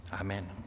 Amen